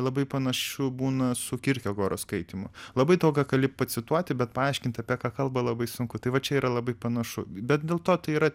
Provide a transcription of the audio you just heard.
labai panašu būna su kirchegoro skaitymu labai daug ką gali pacituoti bet paaiškint apie ką kalba labai sunku tai va čia yra labai panašu bet dėl to tai yra